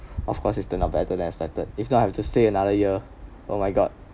of course it turned out better than expected if not I have to stay another year oh my god